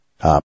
Up